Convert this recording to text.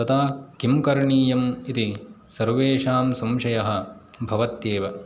तदा किं करणीयम् इति सर्वेषां संशयः भवत्येव